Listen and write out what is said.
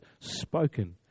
spoken